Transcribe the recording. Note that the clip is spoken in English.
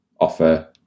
offer